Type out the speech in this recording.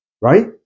right